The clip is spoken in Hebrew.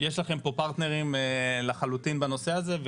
יש לכם לחלוטין פרטנרים פה בנושא הזה,